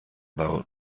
vote